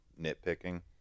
nitpicking